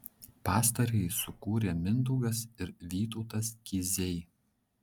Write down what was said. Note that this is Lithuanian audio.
pastarąjį sukūrė mindaugas ir vytautas kiziai